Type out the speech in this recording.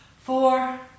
four